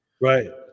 right